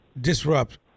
disrupt